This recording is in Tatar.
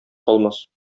калмас